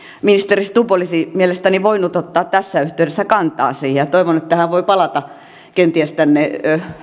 ministeri stubb olisi mielestäni voinut ottaa tässä yhteydessä kantaa siihen ja toivon että hän voi palata kenties tänne